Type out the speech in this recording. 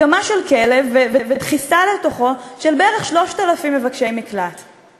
הקמת כלא ודחיסה של בערך 3,000 מבקשי מקלט לתוכו.